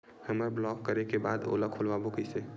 हमर ब्लॉक करे के बाद ओला खोलवाबो कइसे?